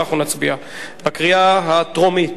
ואנחנו נצביע, בקריאה הטרומית.